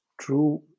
true